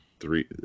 three